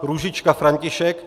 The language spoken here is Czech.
Růžička František